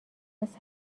است